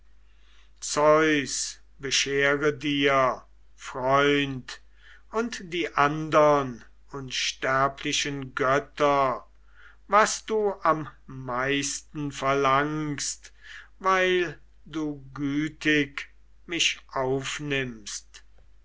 zeus beschere dir freund und die andern unsterblichen götter was du am meisten verlangst weil du so gütig mich aufnimmst